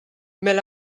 mela